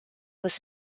was